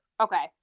Okay